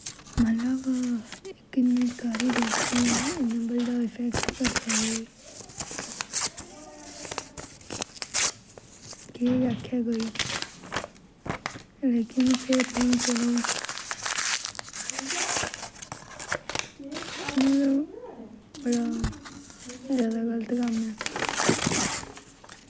मतलब इक इयां निक्की बारी गलती इन्ना बड्डा इफैक्ट करी सकदी केह् आक्खै कोई लेकिन फिर बी चलो मतलब बड़ा ज्यादा गलत कम्म ऐ